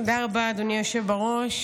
תודה רבה, אדוני היושב בראש.